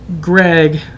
greg